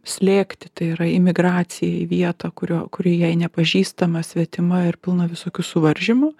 slėgti tai yra imigracija į vietą kurio kuri jai nepažįstama svetima ir pilna visokių suvaržymų